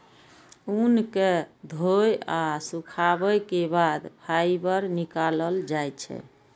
ऊन कें धोय आ सुखाबै के बाद फाइबर निकालल जाइ छै